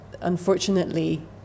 Unfortunately